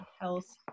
health